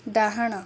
ଡାହାଣ